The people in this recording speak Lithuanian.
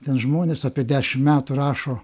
ten žmonės apie dešimt metų rašo